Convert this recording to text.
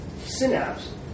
synapse